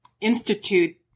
institute